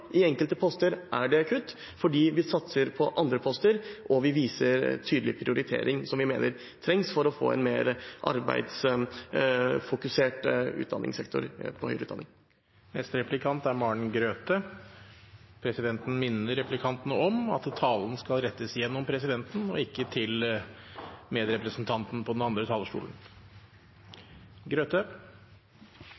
i enkelte poster er det kutt fordi vi satser på andre poster, og vi viser en tydelig prioritering vi mener trengs for å få en mer arbeidsfokusert høyere utdanningssektor. Presidenten minner replikantene om at talen skal rettes til presidenten og ikke til medrepresentanten på den andre talerstolen.